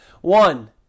One